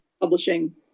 publishing